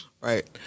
Right